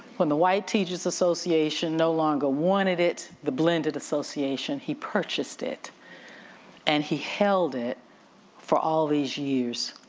when the white teachers association no longer wanted it, the blended association, he purchased it and he held it for all these years.